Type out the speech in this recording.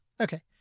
Okay